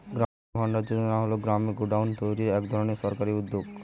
গ্রামীণ ভান্ডার যোজনা হল গ্রামে গোডাউন তৈরির এক ধরনের সরকারি উদ্যোগ